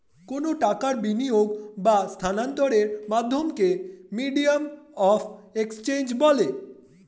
কোনো টাকার বিনিয়োগ বা স্থানান্তরের মাধ্যমকে মিডিয়াম অফ এক্সচেঞ্জ বলে